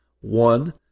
one